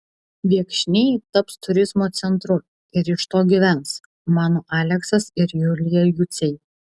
viekšniai taps turizmo centru ir iš to gyvens mano aleksas ir julija juciai